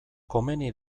komeni